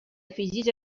afegeix